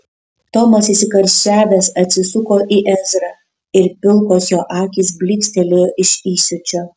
tomas įsikarščiavęs atsisuko į ezrą ir pilkos jo akys blykstelėjo iš įsiūčio